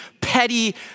petty